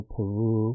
Peru